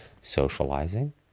socializing